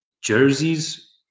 jerseys